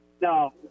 No